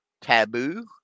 taboo